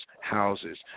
houses